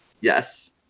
yes